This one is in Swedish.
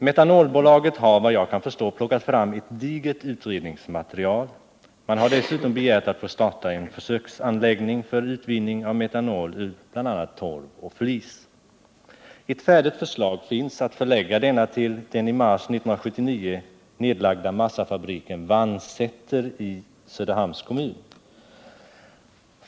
Metanolbolaget har, vad jag kan förstå, plockat fram ett digert utredningsmaterial. Man har dessutom begärt att få starta en försöksanläggning för utvinning av metanol ur bl.a. torv och flis. Ett färdigt förslag finns att förlägga denna anläggning till den i mars 1979 nedlagda massafabriken i Vannsäter i Söderhamns kommun.